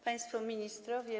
Państwo Ministrowie!